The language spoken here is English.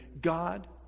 god